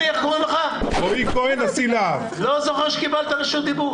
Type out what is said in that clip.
זוכר שקיבלת רשות דיבור.